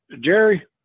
Jerry